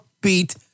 beat